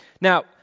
Now